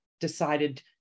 decided